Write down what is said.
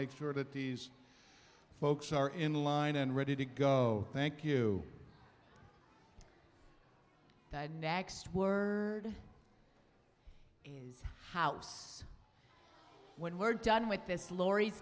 make sure that these folks are in line and ready to go thank you next word his house when we're done with this laurie